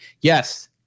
yes